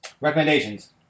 recommendations